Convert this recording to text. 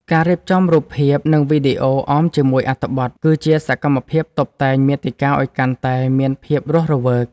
ការរៀបចំរូបភាព និងវីដេអូអមជាមួយអត្ថបទ គឺជាសកម្មភាពតុបតែងមាតិកាឱ្យកាន់តែមានភាពរស់រវើក។